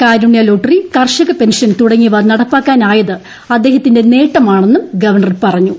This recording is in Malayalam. കാരുണ്യലോട്ടറി കർഷകപെൻഷൻ തുടങ്ങിയവ നടപ്പാക്കാനായത് അദ്ദേഹത്തിന്റെ നേട്ടമാണെന്നും ഗവർണർ പറഞ്ഞു